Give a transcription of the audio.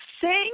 sing